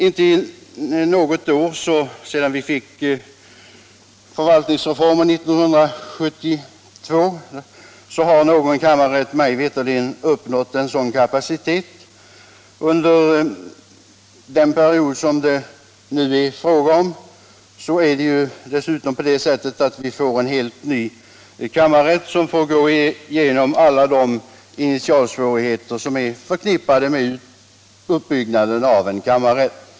Inte under något år sedan 1972, då vi fick förvaltningsrättsreformen, har någon kammarrätt mig veterligt uppnått en sådan kapacitet. Under den period som nu är i fråga blir det dessutom en helt ny kammarrätt som får gå igenom alla de initialsvårigheter som är förknippade med uppbyggnaden av en kammarrätt.